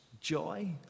joy